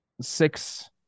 six